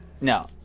No